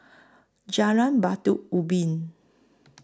Jalan Batu Ubin